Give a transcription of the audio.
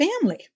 family